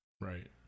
Right